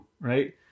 right